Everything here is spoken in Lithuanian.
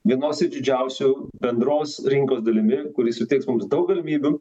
vienos iš didžiausių bendros rinkos dalimi kuri suteiks mums daug galimybių